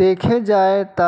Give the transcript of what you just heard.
देखे जाए त